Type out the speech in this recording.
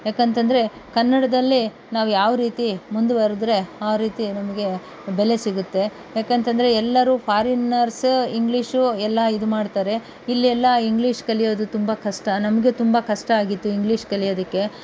ಏಕೆಂತಂದ್ರೆ ಕನ್ನಡದಲ್ಲೇ ನಾವು ಯಾವ ರೀತಿ ಮುಂದುವರೆದ್ರೆ ಆ ರೀತಿ ನಮಗೆ ಬೆಲೆ ಸಿಗುತ್ತೆ ಏಕೆಂತಂದ್ರೆ ಎಲ್ಲರೂ ಫಾರಿನರ್ಸ ಇಂಗ್ಲೀಷು ಎಲ್ಲ ಇದು ಮಾಡ್ತಾರೆ ಇಲ್ಲಿ ಎಲ್ಲ ಇಂಗ್ಲೀಷ್ ಕಲಿಯೋದು ತುಂಬ ಕಷ್ಟ ನಮಗೆ ತುಂಬ ಕಷ್ಟ ಆಗಿತ್ತು ಇಂಗ್ಲೀಷ್ ಕಲಿಯೋದಕ್ಕೆ